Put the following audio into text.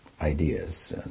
ideas